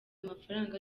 amafaranga